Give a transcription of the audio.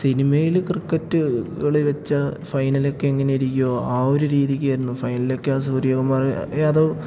സിനിമയിൽ ക്രിക്കറ്റ് കളി വെച്ചാൽ ഫൈനലൊക്കെ എങ്ങനിരിക്കുമോ ആ ഒരു രീതിക്കായിരുന്നു ഫൈനലൊക്കെ ആ സൂര്യകുമാർ യാദവ്